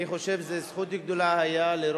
אני חושב שהיתה זו